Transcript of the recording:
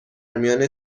میان